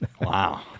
Wow